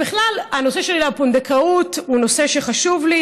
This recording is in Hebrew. ובכלל, הנושא של הפונדקאות הוא נושא שחשוב לי.